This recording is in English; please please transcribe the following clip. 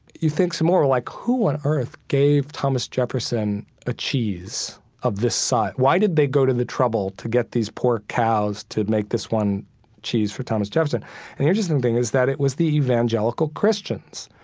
you think some more, like who on earth gave thomas jefferson a cheese of this size? why did they go to the trouble to get these poor cows to make this one cheese for thomas jefferson? and the interesting thing is that it was the evangelical christians.